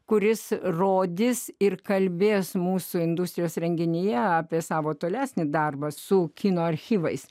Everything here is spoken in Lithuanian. kuris rodys ir kalbės mūsų industrijos renginyje apie savo tolesnį darbą su kino archyvais